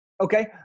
okay